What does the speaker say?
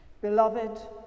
Beloved